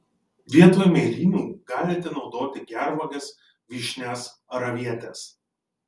vietoj mėlynių galite naudoti gervuoges vyšnias ar avietes